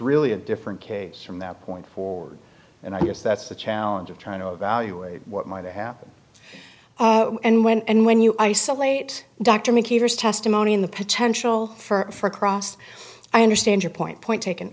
really a different case from that point forward and i guess that's the challenge of trying to evaluate what might happen and when and when you isolate dr mckee testimony in the potential for cross i understand your point point taken